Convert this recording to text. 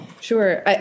Sure